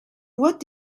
what